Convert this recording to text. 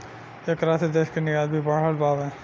ऐकरा से देश के निर्यात भी बढ़ल बावे